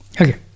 Okay